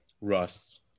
Russ